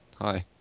Hi